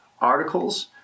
articles